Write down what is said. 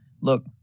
Look